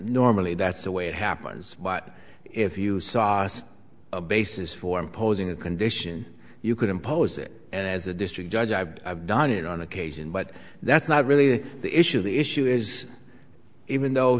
normally that's the way it happens but if you saw a basis for imposing a condition you could impose it as a district judge i've done it on occasion but that's not really the issue the issue is even though